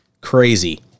Crazy